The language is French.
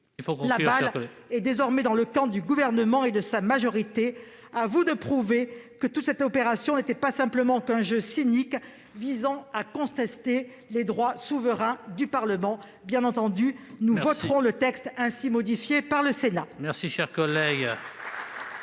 La balle est désormais dans le camp du Gouvernement et de sa majorité. À vous de prouver que toute cette opération n'était pas seulement un jeu cynique visant à contester les droits souverains du Parlement. Bien entendu, nous voterons le texte ainsi modifié par le Sénat.